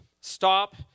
stop